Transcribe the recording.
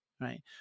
right